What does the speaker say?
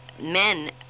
men